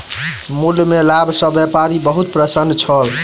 मूल्य में लाभ सॅ व्यापारी बहुत प्रसन्न छल